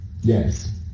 Yes